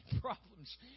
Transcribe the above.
problems